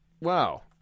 Wow